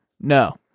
no